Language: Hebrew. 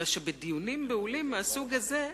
אלא שבדיונים בהולים מהסוג הזה,